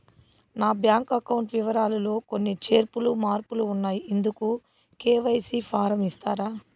నా bank account వివరాలు లో కొన్ని చేర్పులు మార్పులు ఉన్నాయి, ఇందుకు కె.వై.సి ఫారం ఇస్తారా?